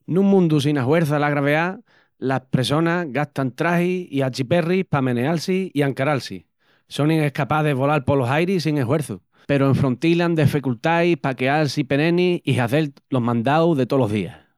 Nun mundu sina huerça la graveá, las pressonas gastan tragis i achiperris pa meneal-si i ancaral-si; sonin escapás de volal polos airis sin eshuerçu, peru enfrontilan deficultais pa queal-si peneni i hazel los mandaus de tolos días.